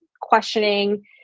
questioning